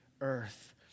earth